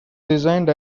designed